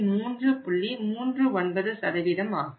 39 ஆகும்